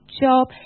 job